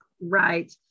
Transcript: Right